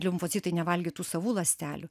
limfocitai nevalgytų savų ląstelių